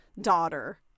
daughter